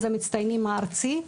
לאחוז המצטיינים הארצי.